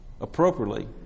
appropriately